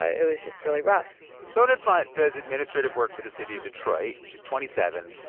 ah it was just really rough bonenfant does administrative work for the city of detroit. she's twenty seven.